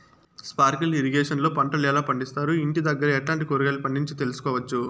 Sprinkle irrigation లో పంటలు ఎలా పండిస్తారు, ఇంటి దగ్గరే ఎట్లాంటి కూరగాయలు పండించు తెలుసుకోవచ్చు?